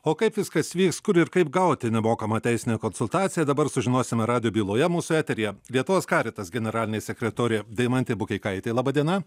o kaip viskas vyks kur ir kaip gauti nemokamą teisinę konsultaciją dabar sužinosime rado byloje mūsų eteryje lietuvos karitas generalinė sekretorė deimantė bukeikaitė laba diena